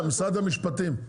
משרד המשפטים,